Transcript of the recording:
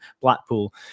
Blackpool